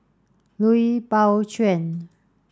Lui Pao Chuen